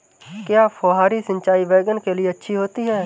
क्या फुहारी सिंचाई बैगन के लिए अच्छी होती है?